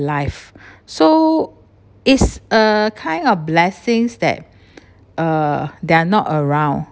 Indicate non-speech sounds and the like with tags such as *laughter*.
alive so it's a kind of blessings that *breath* uh they are not around